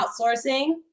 outsourcing